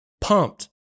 pumped